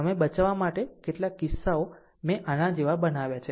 સમય બચાવવા માટે કેટલાક કિસ્સાઓ મેં આના જેવા બનાવ્યા છે